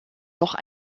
noch